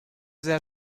there